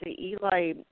Eli